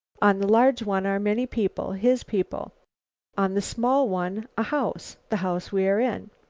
on the large one are many people his people on the small one, a house the house we are in.